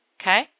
okay